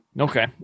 Okay